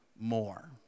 more